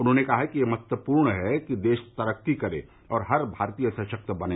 उन्होंने कहा है कि ये महत्वपूर्ण है कि देश तरक्की करे और हर भारतीय सशक्त बने